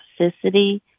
toxicity